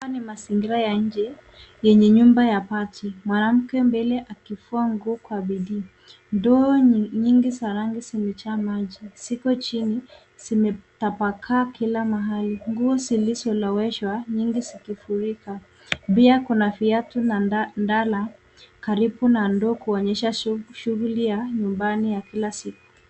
Haya ni mazingira ya nje yenye nyumba ya mabati . Mwanamke mbele akifua nguo kwa bidii. Ndoo nyingi za rangi zimejaa maji, ziko chini zimetapakaa kila mahali. Nguo zilizoloweshwa nyingi zikifurika. Pia kuna viatu na ndala karibu na ndoo kuonyesha shughuli ya nyumbani ya kila siku.